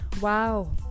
Wow